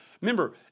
remember